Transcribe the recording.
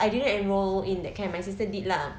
I didn't enrol in that camp but sister did lah